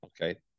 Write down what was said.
Okay